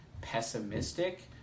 pessimistic